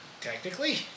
technically